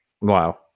Wow